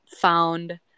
found